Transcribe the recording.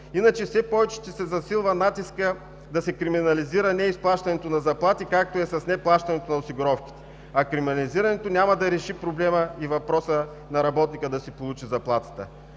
Иначе все повече ще се засилва натискът да се криминализира неизплащането на заплати, както е с неплащането на осигуровките. Криминализирането няма да реши проблема и въпроса на работника да си получи заплатата.